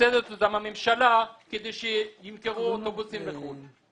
מסבסדת אותם הממשלה כדי שימכרו אוטובוסים לחוץ לארץ.